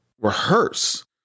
rehearse